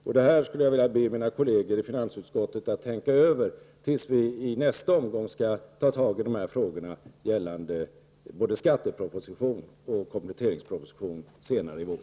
Jag skulle vilja be mina kolleger i finansutskottet att tänka över detta tills vi i nästa omgång skall ta tag i frågorna gällande både skattepropositionen och kompletteringspropositionen senare i vår.